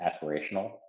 aspirational